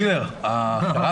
מה